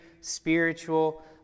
spiritual